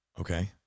Okay